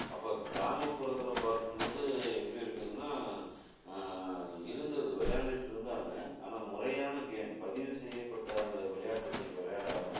அப்போ கிராமப்புறத்தில் பார்க்கும் பொழுது எப்படி இருக்குதுன்னா இருந்தது விளையாண்டுட்டு இருந்தாங்கள் ஆனால் முறையான கேம் பதிவு செய்யப்பட்ட அந்த விளையாட்டுக்கள் விளையாடாமல்